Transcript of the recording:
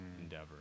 endeavor